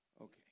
Okay